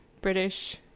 British